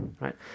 right